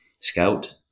scout